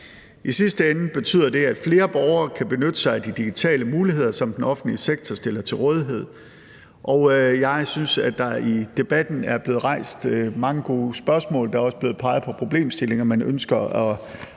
I sidste ende betyder det, at flere borgere kan benytte sig af de digitale muligheder, som den offentlige sektor stiller til rådighed. Jeg synes, at der i debatten er blevet rejst mange gode spørgsmål, og der er også blevet peget på problemstillinger, som man ønsker at